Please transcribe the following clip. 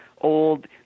old